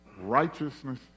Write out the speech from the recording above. righteousness